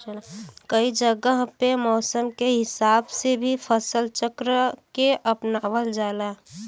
कई जगह पे मौसम के हिसाब से भी फसल चक्र के अपनावल जाला